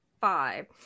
five